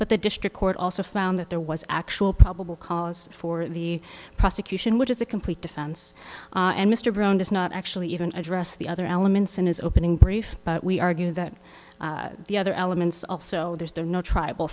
but the district court also found that there was actual probable cause for the prosecution which is a complete defense and mr brown does not actually even address the other elements in his opening brief we argue that the other elements also there's they're not tribal